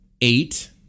eight